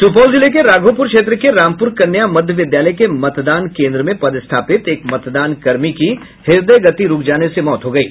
सुपौल जिले के राघोपुर क्षेत्र के रामपुर कन्या मध्य विद्यालय के मतदान केन्द्र में पदस्थापित एक मतदान कर्मी की हृदय गति रूक जाने से मौत हो गयी